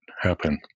happen